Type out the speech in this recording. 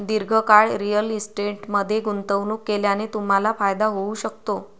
दीर्घकाळ रिअल इस्टेटमध्ये गुंतवणूक केल्याने तुम्हाला फायदा होऊ शकतो